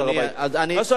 מה שאני רוצה ללמד,